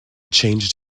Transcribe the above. changed